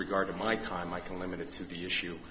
regard to my time i can limit it to the issue